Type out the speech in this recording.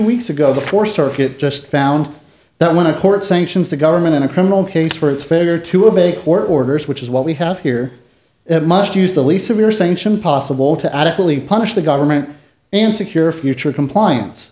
weeks ago the fourth circuit just found that when a court sanctions the government in a criminal case for its failure to obey court orders which is what we have here it must use the least severe sanction possible to adequately punish the government and secure future compliance